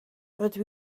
rydw